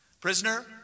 Prisoner